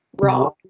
wrong